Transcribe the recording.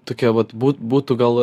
tokia vat būt būtų gal